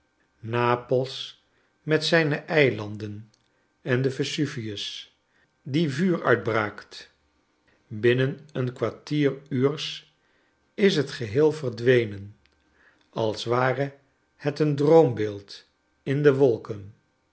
nap els met zijne eilanden en den vesuvius die vuur uitbraakt binnen een kwartieruurs is het geheel verdwenen als ware het een droombeeld in de wolken